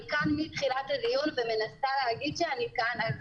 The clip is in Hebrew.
אני כאן מתחילת הדיון ומנסה להגיד שאני כאן,